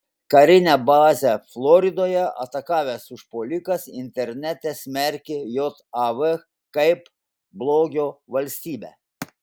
karinę bazę floridoje atakavęs užpuolikas internete smerkė jav kaip blogio valstybę